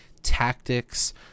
Tactics